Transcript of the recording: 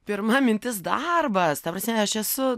pirma mintis darbas ta prasme aš esu